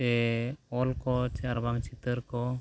ᱥᱮ ᱚᱞᱠᱚ ᱪᱮ ᱟᱨᱵᱟᱝ ᱪᱤᱛᱟᱹᱨ ᱠᱚ